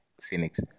Phoenix